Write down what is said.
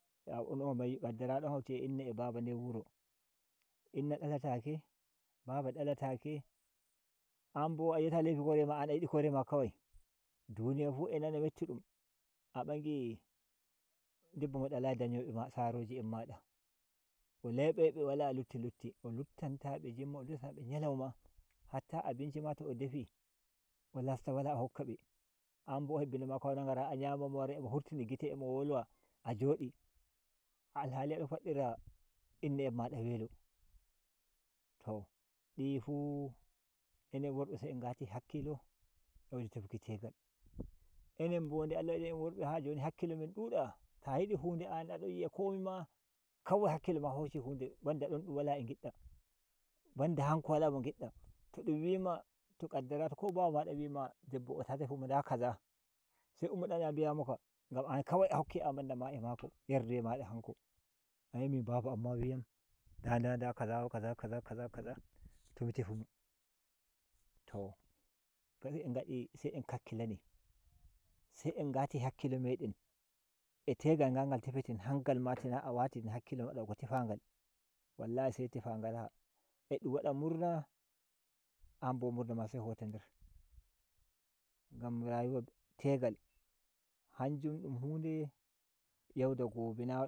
kaddara don hauti a inna a baba nder wuro inna dalata ke baba dalata ke an bo ayi ata laifi korema anbo a yidi korema kawai duniya fu a nana mettufum a ba ngi debbo mo dalayi da nyo be ma sarji en mada laubabbe wala lutti lutti o luffantabe Jemma o luffanta be nyalauma hatta abinci ma to o defi o lasta wala o hokka be anbo o hebinamma kwanowa ngara a nyama mo wara futtina gite a mo wolwa a jodi alhali ndon faddira inna en mada welo to di’i fu enen worbe se en ngati hakkilo a waje tefuki tegal enen bon de Allah wadi en en worbe har jni hakkilo men duda ta yidu hu nde an adon yi’a komi ma kawai hakkilo ma hoshi hunde banda don dumma wala a ngidda banda hanko wala mo ngidda to dun wima to kaddara ko babama da wima debbo o ta tefu mon da kaza se ummoda njaha bi’a mo ka ngam ankan a hokki amanna ma a mako yarduwe ma da hariko ai min baba am ma wi yam nda nda kaza kaza kaza kaza to mi te fu ma to se en kakkilani se en ngati hakkilo me den a tegal ngal tefete han ngal ma tina a watin hakkilo ma da ko te fen gel wallhi se tafa ngara a dum wada murna an bo murna ma se hota nder ngam rayuwa te gal han jum dun du nde.